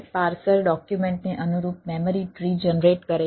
parser ડોક્યુમેન્ટને અનુરૂપ memory tree generate કરે છે